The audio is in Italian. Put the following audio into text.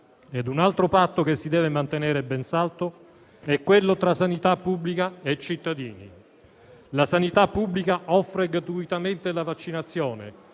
Un altro patto che si deve mantenere ben saldo è quello tra sanità pubblica e cittadini: la sanità pubblica offre gratuitamente la vaccinazione